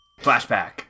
Flashback